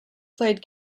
played